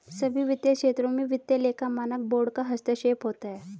सभी वित्तीय क्षेत्रों में वित्तीय लेखा मानक बोर्ड का हस्तक्षेप होता है